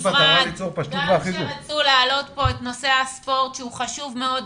גם כשרצו להעלות פה את נושא הספורט שהוא חשוב מאוד,